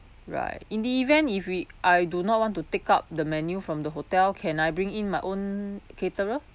right in the event if we I do not want to take up the menu from the hotel can I bring in my own caterer